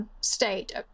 state